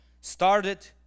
started